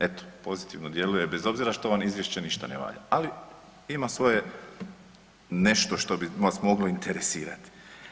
Eto, pozitivno djeluje bez obzira što ovo izvješće ništa ne valja, ali ima svoje nešto što bi vas moglo interesirati.